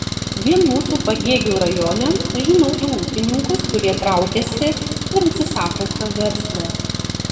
vien mūsų pagėgių rajone žinau du ūkininkus kurie traukiasi ir atsisako šio verslo